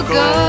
go